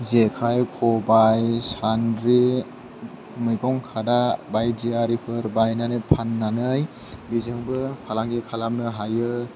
जेखाइ खबाइ सान्द्रि मैगं खादा बायदि आरिफोर बायनानै फाननानै बेजोंबो फालांगि खालामनो हायो